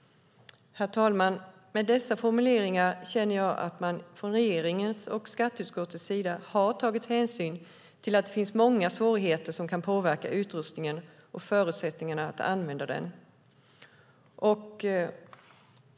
Herr talman! Med dessa formuleringar känner jag att regeringen och skatteutskottet har tagit hänsyn till att det finns många svårigheter som kan påverka utrustningen och förutsättningarna att använda den.